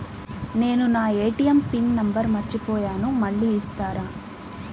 నేను నా ATM pin number మర్చిపోయాను మళ్ళీ ఇస్తారా?